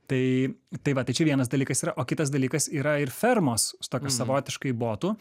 tai tai va tai čia vienas dalykas yra o kitas dalykas yra ir fermos tokios savotiškai botų